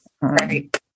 right